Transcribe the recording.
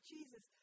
Jesus